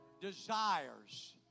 desires